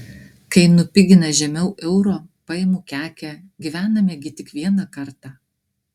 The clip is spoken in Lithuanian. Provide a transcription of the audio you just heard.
kai nupigina žemiau euro paimu kekę gyvename gi tik vieną kartą